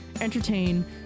entertain